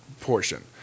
portion